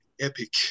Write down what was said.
epic